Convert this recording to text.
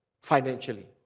financially